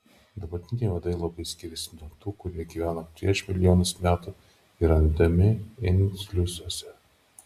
dabartiniai uodai labai skiriasi nuo tų kurie gyveno prieš milijonus metų ir randami inkliuzuose